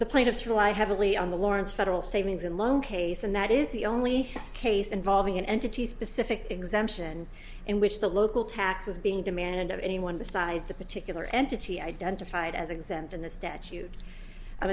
the plaintiffs rely heavily on the warrants federal savings and loan case and that is the only case involving an entity specific exemption in which the local tax was being demanded of anyone besides the particular entity identified as exempt in the statute